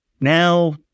Now